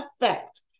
effect